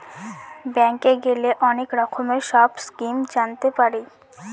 ব্যাঙ্কে গেলে অনেক রকমের সব স্কিম জানতে পারি